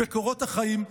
בקורות החיים?